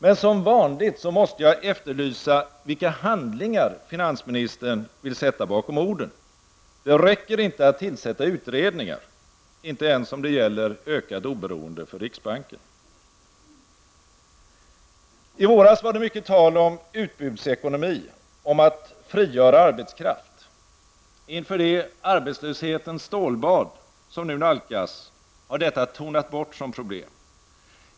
Men som vanligt måste jag efterlysa vilka handlingar finansministern vill sätta bakom orden. Det räcker inte att tillsätta utredningar -- inte ens om det gäller ökat oberoende för riksbanken. I våras var det mycket tal om utbudsekonomi, om att frigöra arbetskraft. Inför det ''arbetslöshetens stålbad'' som nu nalkas har detta tonat bort som problem.